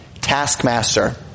taskmaster